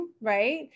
right